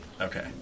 Okay